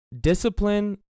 discipline